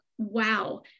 wow